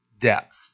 depth